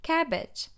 Cabbage